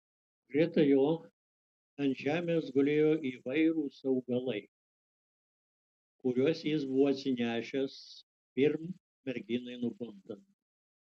greta jo ant žemės gulėjo įvairūs augalai kuriuos jis buvo atsinešęs pirm merginai nubundant